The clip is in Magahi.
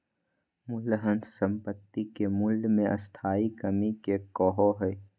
मूल्यह्रास संपाति के मूल्य मे स्थाई कमी के कहो हइ